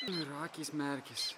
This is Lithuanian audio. ir akys merkiasi